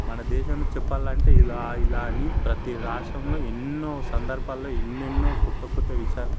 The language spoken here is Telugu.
మన దేశంలో చెప్పాలంటే ఇలా ఇలా అని ప్రతీ రాష్ట్రంలో ఎన్నో సందర్భాల్లో ఎన్నెన్నో కొత్త కొత్త విషయాలు